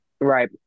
Right